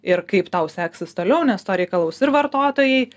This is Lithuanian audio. ir kaip tau seksis toliau nes to reikalaus ir vartotojai